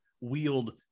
wield